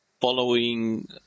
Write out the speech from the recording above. following